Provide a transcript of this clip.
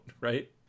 right